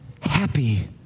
happy